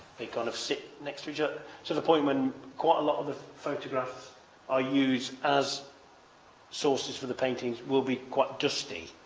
they kind of sit next to each other ah so the point when quite a lot of the photographs are used as sources for the paintings will be quite dusty.